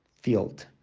field